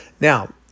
Now